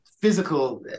physical